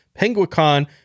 Penguicon